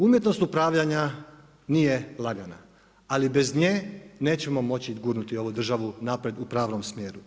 Umjetnost upravljanja nije lagana, ali bez nje nećemo moći gurnuti ovu državu naprijed u pravom smjeru.